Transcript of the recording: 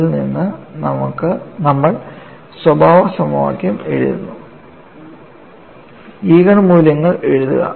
അതിൽ നിന്ന് നമ്മൾ സ്വഭാവ സമവാക്യം എഴുതുന്നു ഈജൻ മൂല്യങ്ങൾ കണ്ടെത്തുക